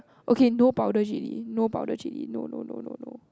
okay no powder chilli no power chilli no no no no